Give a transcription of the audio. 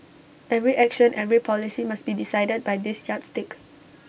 every action every policy must be decided by this yardstick